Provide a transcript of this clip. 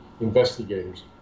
investigators